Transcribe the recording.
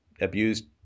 abused